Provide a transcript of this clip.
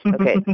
Okay